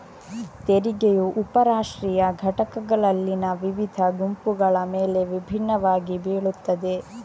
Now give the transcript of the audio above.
ತೆರಿಗೆಯು ಉಪ ರಾಷ್ಟ್ರೀಯ ಘಟಕಗಳಲ್ಲಿನ ವಿವಿಧ ಗುಂಪುಗಳ ಮೇಲೆ ವಿಭಿನ್ನವಾಗಿ ಬೀಳುತ್ತದೆ